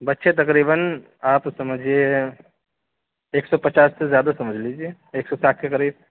بچے تقریبآٓ آپ سمجھیے ایک سو پچاس سے زیادہ سمجھ لیجیے ایک سو ساٹھ کے قریب